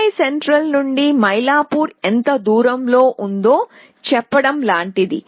Chennai central నుండి మైలాపూర్ ఎంత దూరంలో ఉందో చెప్పడం లాంటిది